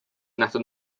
nähtud